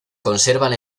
conservan